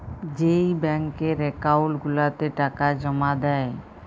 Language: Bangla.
যেই ব্যাংকের একাউল্ট গুলাতে টাকা জমা দেই